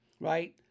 right